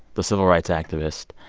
the civil rights activist,